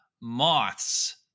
moths